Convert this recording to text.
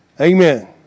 Amen